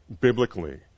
biblically